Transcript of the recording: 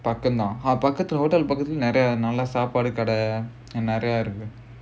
பக்கத்தான் பக்கத்துல நிறைய சாப்பாடு கடை நிறைய இருக்கும்:pakkathaan pakkathula niraiya saapaadu kadai niraiya irukkum